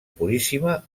puríssima